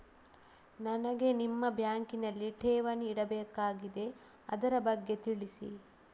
ನನಗೆ ನಿಮ್ಮ ಬ್ಯಾಂಕಿನಲ್ಲಿ ಠೇವಣಿ ಇಡಬೇಕಾಗಿದೆ, ಅದರ ಬಗ್ಗೆ ತಿಳಿಸಿ